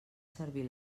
servir